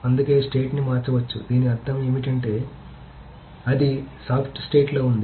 అందుకే స్టేట్ ని మార్చవచ్చు దీని అర్థం ఏమిటంటే అది సాఫ్ట్ స్టేట్ లో ఉంది